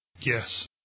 yes